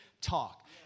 talk